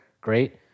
great